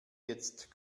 jetzt